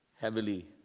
heavily